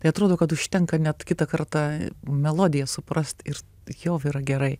tai atrodo kad užtenka net kitą kartą melodiją suprast ir jau yra gerai